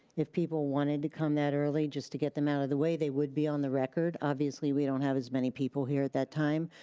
if people wanted to come that early just to get them out of the way. they would be on the record. obviously we don't have as many people here at that time,